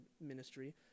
ministry